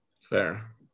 fair